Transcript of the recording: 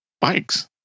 bikes